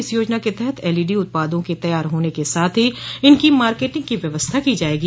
इस योजना के तहत एलईडी उत्पादों के तैयार होने के साथ ही इनकी मार्केटिंग की व्यवस्था की जायेगी